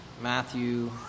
Matthew